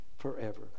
forever